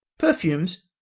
perfumes,